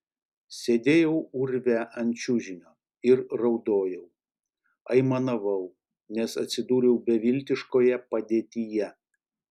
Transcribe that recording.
sėdėjau urve ant čiužinio ir raudojau aimanavau nes atsidūriau beviltiškoje padėtyje